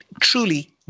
truly